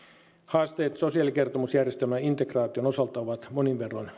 haasteet sosiaalikertomusjärjestelmän integraation osalta ovat monin verroin suuremmat toinen huolenaihe on